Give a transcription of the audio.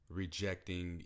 rejecting